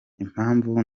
impamvu